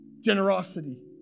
generosity